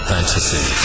Fantasy